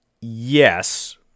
yes